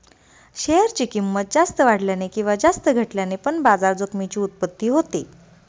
share ची किंमत जास्त वाढल्याने किंवा जास्त घटल्याने पण बाजार जोखमीची उत्पत्ती होते